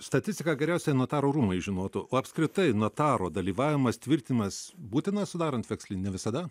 statistiką geriausiai notarų rūmai žinotų o apskritai notaro dalyvavimas tvirtimas būtinas sudarant vekselį nevisada